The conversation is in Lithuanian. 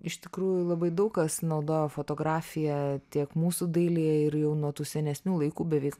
iš tikrųjų labai daug kas naudoja fotografiją tiek mūsų dailėje ir jau nuo tų senesnių laikų beveik